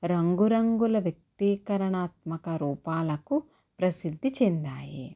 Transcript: రంగు రంగుల వ్యక్తీకరణాత్మక రూపాలకు ప్రసిద్ధి చెందాయి